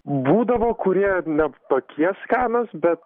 būdavo kurie ne tokie skanūs bet